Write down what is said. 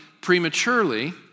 prematurely